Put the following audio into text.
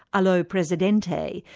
alo presidente,